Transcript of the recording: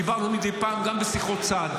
דיברנו מדי פעם גם בשיחות צד.